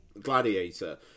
Gladiator